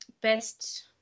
best